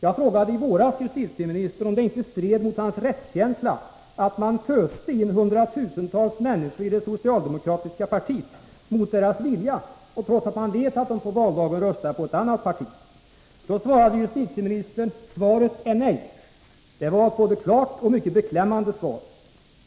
Jag frågade justitieministern i våras om det inte stred mot hans rättskänsla att man föste in hundratusentals människor i det socialdemokratiska partiet mot deras vilja, och trots att man vet att de på valdagen röstar på ett annat parti. Då svarade justitieministern: Svaret är nej. Det var ett både klart och mycket beklämmande svar.